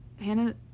Hannah